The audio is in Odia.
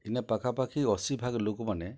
ଇନେ ପାଖାପାଖି ଅଶୀ ଭାଗ୍ ଲୋକ୍ମାନେ